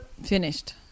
Finished